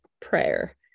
prayer